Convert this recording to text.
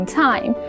time